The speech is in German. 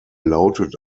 lautet